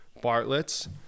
Bartlett's